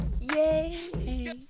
Yay